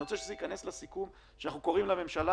אני רוצה שזה ייכנס לסיכום שאנחנו קוראים לממשלה